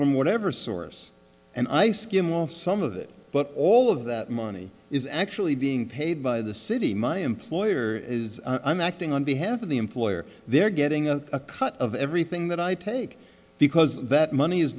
from whatever source and i skim well some of it but all of that money is actually being paid by the city my employer is i'm acting on behalf of the employer they're getting a cut of everything that i take because that money is